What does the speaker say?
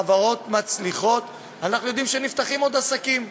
חברות מצליחות, אנחנו יודעים שנפתחים עוד עסקים.